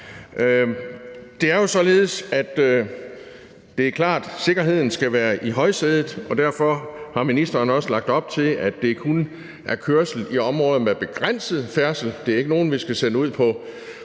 Det er jo således, at det er klart, at sikkerheden skal være i højsædet, og derfor har ministeren også lagt op til, at det kun er kørsel i områder med begrænset færdsel. Det er ikke nogen, vi skal sende ud på